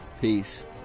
Peace